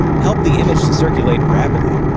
helped the image to circulate rapidly.